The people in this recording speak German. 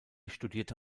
studierte